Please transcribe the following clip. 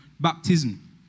baptism